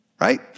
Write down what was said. right